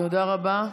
תודה רבה.